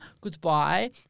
Goodbye